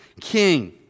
king